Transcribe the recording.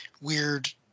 weird